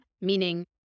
meaning